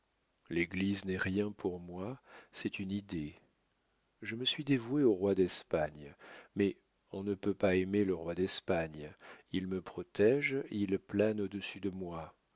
l'église n'est rien pour moi c'est une idée je me suis dévoué au roi d'espagne mais on ne peut pas aimer le roi d'espagne il me protége il plane au-dessus de moi